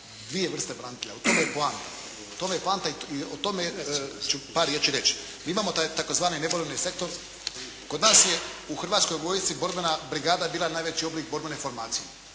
dvije vrste branitelja. U tome je poanta i o tome ću par riječi reći. Imamo tzv. neborbeni sektor. Kod nas je u Hrvatskoj vojsci borbena brigada bila najveći oblik borbene formacije.